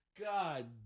God